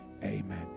Amen